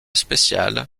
spéciale